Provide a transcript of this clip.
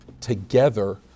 together